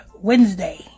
Wednesday